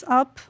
up